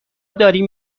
داریم